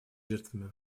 жертвами